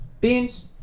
Beans